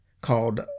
called